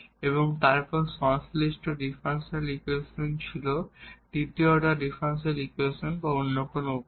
এবং তারপর সংশ্লিষ্ট ডিফারেনশিয়াল ইকুয়েশন ছিল দ্বিতীয় অর্ডার ডিফারেনশিয়াল ইকুয়েশন বা অন্য কোন উপায়